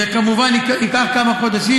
זה כמובן ייקח כמה חודשים.